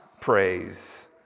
praise